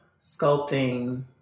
sculpting